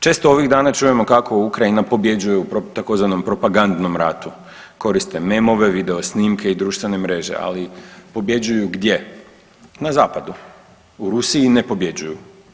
Često ovih dana čujemo kako Ukrajina pobjeđuje u tzv. propagandnom ratu, koriste memove, video snimke i društvene mreže, ali pobjeđuju gdje, na Zapadu, u Rusiji ne pobjeđuju.